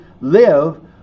live